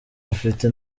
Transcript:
bafite